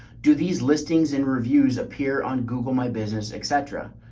do these listings and reviews appear on google my business, et cetera.